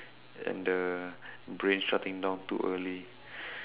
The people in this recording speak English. and the brain shutting down too early